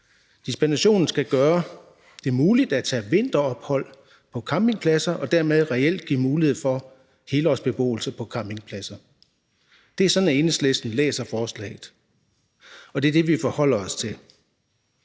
Dispensationen skal gøre det muligt at tage vinterophold på campingpladser og dermed reelt give mulighed for helårsbeboelse på campingpladser. Det er sådan, Enhedslisten læser forslaget, og det er det, vi forholder os til.